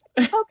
Okay